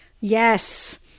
Yes